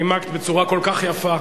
נימקת בצורה כל כך יפה.